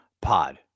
pod